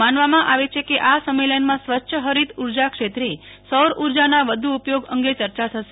માનવામાં આવે છે કે આ સંમેલનમાં સ્વચ્છ હરિજ ઉર્જા ક્ષેત્રે સૌર ઉર્જાના વધુ ઉપગોય અંગે ચર્ચા થશે